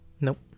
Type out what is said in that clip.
Nope